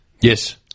Yes